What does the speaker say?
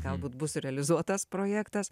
galbūt bus realizuotas projektas